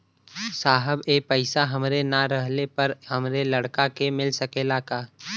साहब ए पैसा हमरे ना रहले पर हमरे लड़का के मिल सकेला का?